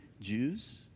Jews